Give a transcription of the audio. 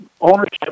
ownership